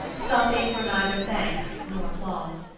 stopping for neither thanks nor applause.